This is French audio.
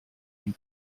une